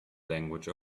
language